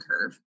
curve